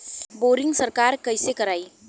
Boring सरकार कईसे करायी?